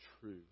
true